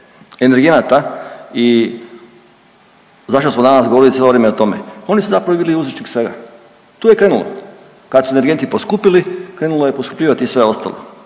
energenata i zašto smo danas govorili cijelo vrijeme o tome. Oni su zapravo i bili uzročnik svega, tu je krenulo. Kad su energenti poskupili krenulo je poskupljivati i sve ostalo.